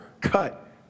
cut